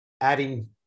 adding